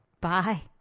Bye